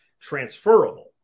transferable